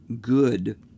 good